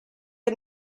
had